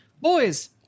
Boys